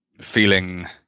feeling